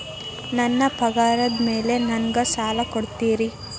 ನನ್ನ ಪಗಾರದ್ ಮೇಲೆ ನಂಗ ಸಾಲ ಕೊಡ್ತೇರಿ?